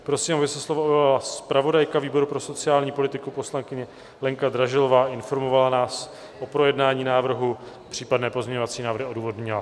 Prosím, aby se slova ujala zpravodajka výboru pro sociální politiku, poslankyně Lenka Dražilová, a informovala nás o projednání návrhu, případné pozměňovací návrh odůvodnila.